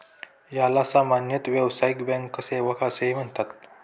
याला सामान्यतः व्यावसायिक बँक सेवा असेही म्हणतात